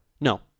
No